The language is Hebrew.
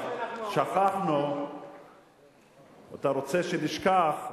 אתה רוצה שנשכח.